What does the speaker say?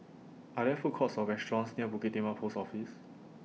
Are There Food Courts Or restaurants near Bukit Timah Post Office